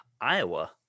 Iowa